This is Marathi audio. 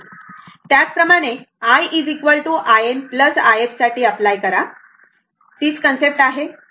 त्याचप्रमाणे i in i f साठीअप्लाय करा तीच कन्सेप्ट आहे